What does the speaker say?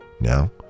Now